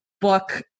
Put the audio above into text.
book